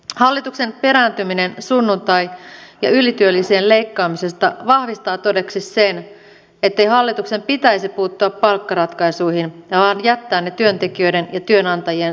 hallituksen perääntyminen sunnuntai ja ylityölisien leikkaamisesta vahvistaa todeksi sen ettei hallituksen pitäisi puuttua palkkaratkaisuihin vaan jättää ne työntekijöiden ja työnantajien sovittaviksi